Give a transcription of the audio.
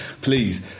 Please